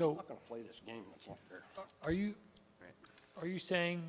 or are you are you saying